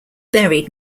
buried